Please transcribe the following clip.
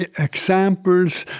ah examples.